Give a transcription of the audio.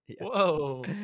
Whoa